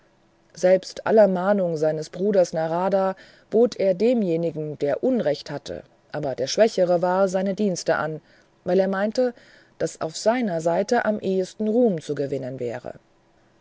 trotz aller mahnungen seines bruders narada bot er demjenigen der unrecht hatte aber der schwächere war seine dienste an weil er meinte daß auf seiner seite am ehesten ruhm zu gewinnen wäre